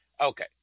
okay